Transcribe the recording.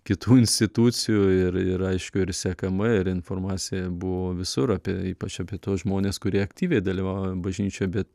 kitų institucijų ir ir aiškiu ir sekama ir informacija buvo visur apie ypač apie tuos žmones kurie aktyviai dalyvauja bažnyčioj bet